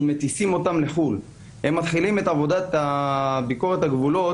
מטיסים אותם לחוץ לארץ והם מתחילים את עבודת ביקורת הגבולות